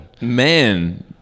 Man